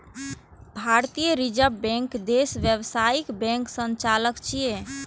भारतीय reserve bank देशक व्यावसायिक बैंकक संचालक छियै